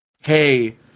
Hey